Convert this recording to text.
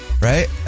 Right